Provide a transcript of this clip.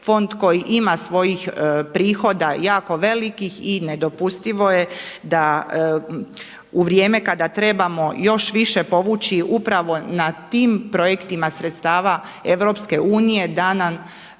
fond koji ima svojih prihoda jako velikih i nedopustivo je da u vrijeme kada trebamo još više povući upravo na tim projektima sredstava EU da nam